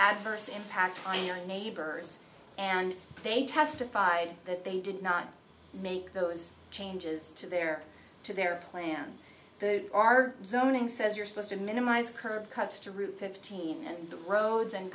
adverse impact on your neighbors and they testified that they did not make those changes to their to their plan are zoning says you're supposed to minimize curb cuts to route fifteen and roads and